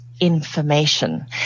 information